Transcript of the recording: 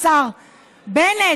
השר בנט,